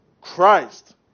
Christ